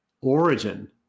origin